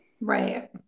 Right